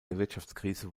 weltwirtschaftskrise